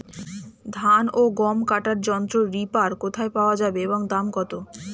ধান ও গম কাটার যন্ত্র রিপার কোথায় পাওয়া যাবে এবং দাম কত?